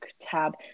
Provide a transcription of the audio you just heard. tab